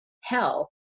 hell